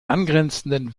angrenzenden